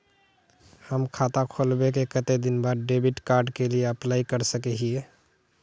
हम खाता खोलबे के कते दिन बाद डेबिड कार्ड के लिए अप्लाई कर सके हिये?